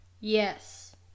yes